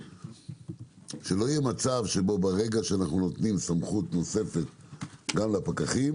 שלא יהיה מצב שברגע שבו אנו נותנים סמכות נוספת גם לפקחים